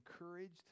encouraged